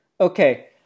Okay